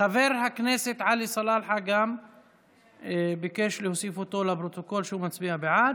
חבר הכנסת עלי סלאלחה ביקש להוסיף אותו שהוא מצביע בעד.